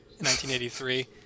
1983